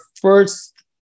first